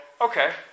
okay